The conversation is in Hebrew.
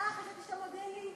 אה, אבל אומרים: